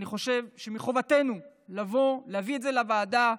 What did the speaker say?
אני חושב שמחובתנו לבוא, להביא את זה לוועדה,